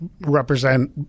represent